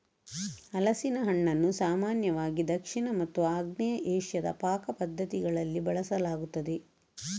ಹಲಸಿನ ಹಣ್ಣನ್ನು ಸಾಮಾನ್ಯವಾಗಿ ದಕ್ಷಿಣ ಮತ್ತು ಆಗ್ನೇಯ ಏಷ್ಯಾದ ಪಾಕ ಪದ್ಧತಿಗಳಲ್ಲಿ ಬಳಸಲಾಗುತ್ತದೆ